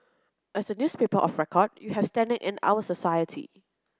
as the newspaper of record you have standing in our society